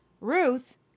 Ruth